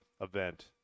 event